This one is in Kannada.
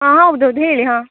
ಹಾಂ ಹೌದು ಹೌದು ಹೇಳಿ ಹಾಂ